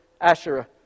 Asherah